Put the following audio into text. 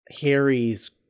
harry's